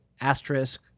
asterisk